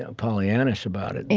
ah pollyannaish about it, yeah,